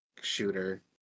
shooter